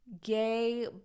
gay